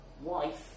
wife